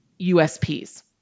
USPs